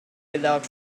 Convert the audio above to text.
without